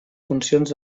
funcions